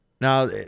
Now